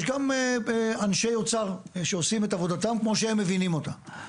יש גם אנשי אוצר שעושים את עבודתם כמו שהם מבינים אותה.